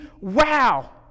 Wow